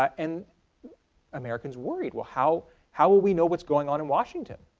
and americans worried well how how will we know what-s going on in washington?